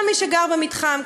כל מי שגר במתחם,